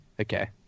okay